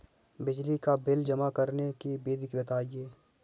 बिजली का बिल जमा करने की विधि बताइए?